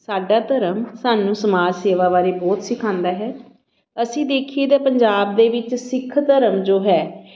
ਸਾਡਾ ਧਰਮ ਸਾਨੂੰ ਸਮਾਜ ਸੇਵਾ ਬਾਰੇ ਬਹੁਤ ਸਿਖਾਉਂਦਾ ਹੈ ਅਸੀਂ ਦੇਖੀਏ ਤਾਂ ਪੰਜਾਬ ਦੇ ਵਿੱਚ ਸਿੱਖ ਧਰਮ ਜੋ ਹੈ